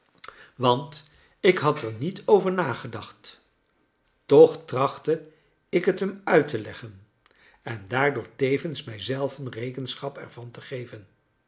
want ik had er niet over nagedacht toch trachtte ik het hem uit te leggen en daardoor tevens mijzelven rekenschap ervan te geven